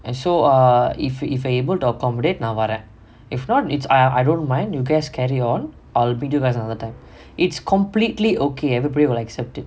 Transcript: and so err if you're able to accommodate நான் வரேன்:naan varaen if not it's I I don't mind you guys carry on I'll meet you guys another time it's completely okay everybody will accept it